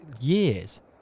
years